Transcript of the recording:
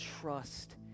trust